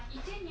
!wah!